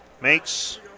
makes